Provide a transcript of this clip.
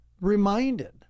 reminded